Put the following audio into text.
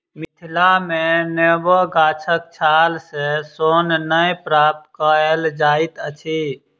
मिथिला मे नेबो गाछक छाल सॅ सोन नै प्राप्त कएल जाइत अछि